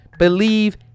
Believe